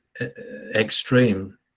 extreme